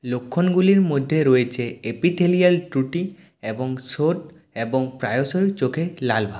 লক্ষণগুলির মধ্যে রয়েছে এপিথেলিয়াল ত্রুটি এবং শোথ এবং প্রায়শই চোখের লালভাব